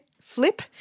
flip